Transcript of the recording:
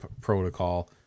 protocol